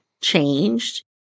changed